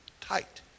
tight